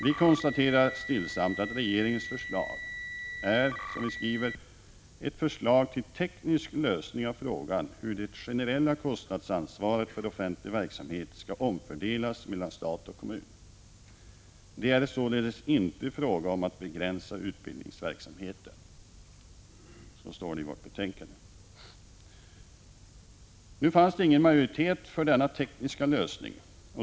Vi konstaterar stillsamt att regeringens förslag är ett förslag till teknisk lösning av frågan hur det generella kostnadsansvaret för offentlig verksamhet skall omfördelas mellan stat och kommun. Det är således inte fråga om att begränsa utbildningsverksamheten. Så säger vi i utskottet. Nu fanns det ingen majoritet för denna tekniska lösning.